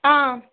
ஆ